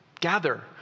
gather